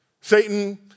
Satan